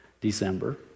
December